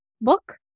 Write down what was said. book